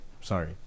Sorry